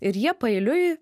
ir jie paeiliui